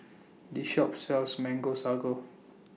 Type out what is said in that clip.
This Shop sells Mango Sago